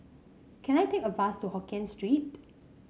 can I take a bus to Hokien Street